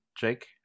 Jake